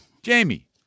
Jamie